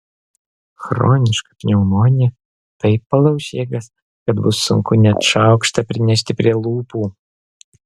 chroniška pneumonija taip palauš jėgas kad bus sunku net šaukštą prinešti prie lūpų